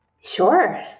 Sure